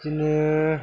बिदिनो